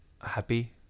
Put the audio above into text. happy